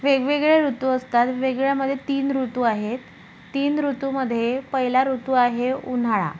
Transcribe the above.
वेगवेगळे ऋतू असतात वेगळ्यामध्ये तीन ऋतू आहेत तीन ऋतूमध्ये पहिला ऋतू आहे उन्हाळा